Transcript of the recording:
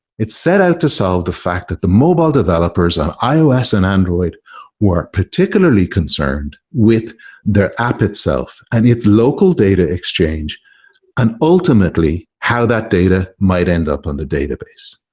it set out to solve the fact that the mobile developers on ios and android were particularly concerned with the app itself and its local data exchange and ultimately how that data might end up on the database.